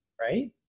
Right